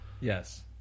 Yes